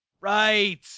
Right